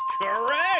Correct